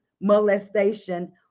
molestation